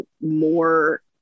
more